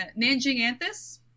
Nanjinganthus